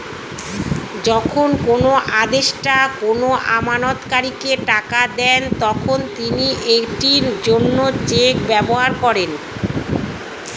যখন কোনো আদেষ্টা কোনো আমানতকারীকে টাকা দেন, তখন তিনি এটির জন্য চেক ব্যবহার করেন